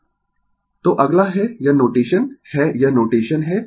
Refer Slide Time 1024 तो अगला है यह नोटेशन है यह नोटेशन है